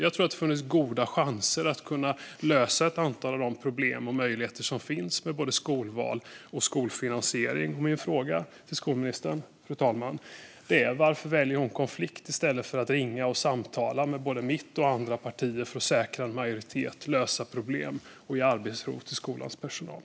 Jag tror att det hade funnits goda chanser att lösa ett antal av de problem som finns med skolval och skolfinansiering. Min fråga till skolministern, fru talman, är varför hon väljer konflikt i stället för att ringa och samtala med både mitt och andra partier för att säkra en majoritet, lösa problem och ge arbetsro till skolans personal.